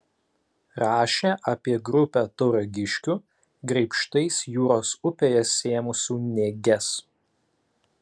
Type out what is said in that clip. rašė apie grupę tauragiškių graibštais jūros upėje sėmusių nėges